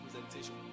presentation